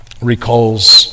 recalls